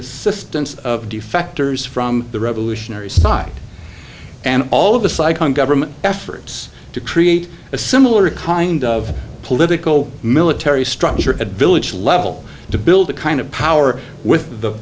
assistance of defectors from the revolutionary side and all of a psych on government efforts to create a similar kind of political military structure at village level to build a kind of power with the